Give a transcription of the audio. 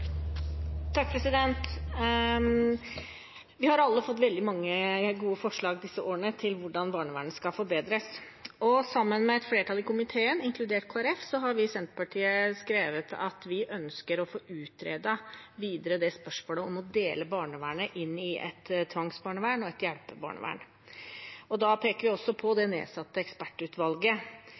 Vi har i alle i disse årene fått veldig mange gode forslag til hvordan barnevernet skal forbedres. Sammen med et flertall i komiteen, inkludert Kristelig Folkeparti, har vi i Senterpartiet skrevet at vi ønsker å få utredet videre spørsmålet om å dele barnevernet inn i et tvangsbarnevern og et hjelpebarnevern. Vi peker også på det nedsatte ekspertutvalget.